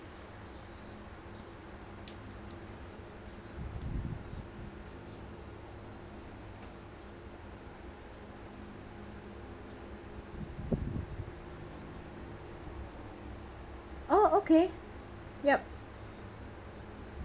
oh okay yup